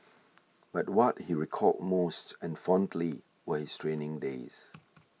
but what he recalled most and fondly were his training days